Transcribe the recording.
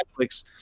Netflix